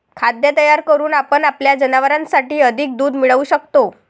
खाद्य तयार करून आपण आपल्या जनावरांसाठी अधिक दूध मिळवू शकतो